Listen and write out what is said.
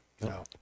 No